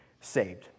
saved